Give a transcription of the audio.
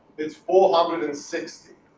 it's four hundred and sixty.